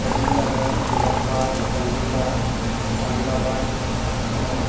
کریم Nagar Nizam Bagh Nalgonda Adilabad Khammam